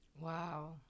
wow